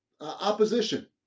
opposition